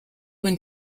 when